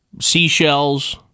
seashells